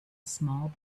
small